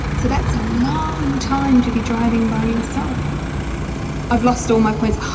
so that's a long time to be driving by yourself i've lost all my points.